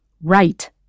Right